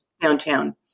downtown